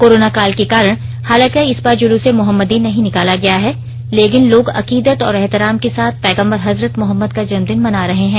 corona काल के कारण हालांकि इस बार जुलूस ए मोहम्मदी नहीं निकाला गया है लेकिन लोग अकीद्त और एहतराम के साथ पैगंबर हजरत मोहम्मद का जन्म दिन मना रहे हैं